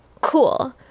cool